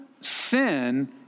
sin